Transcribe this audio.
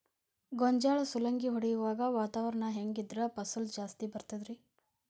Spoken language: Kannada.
ಗೋಂಜಾಳ ಸುಲಂಗಿ ಹೊಡೆಯುವಾಗ ವಾತಾವರಣ ಹೆಂಗ್ ಇದ್ದರ ಫಸಲು ಜಾಸ್ತಿ ಬರತದ ರಿ?